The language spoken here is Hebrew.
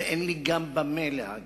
ואין לי גם במה להגן,